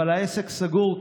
אבל העסק סגור,